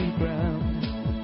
ground